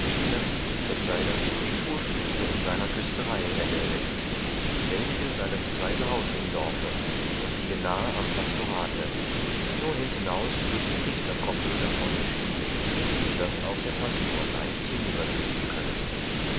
es sei dazu die schulstube in seiner küsterei erwählet selbige sei das zweite haus im dorfe und liege nahe am pastorate nur hintenaus durch die priesterkoppel davon geschieden so daß also auch der pastor leicht hinübertreten könne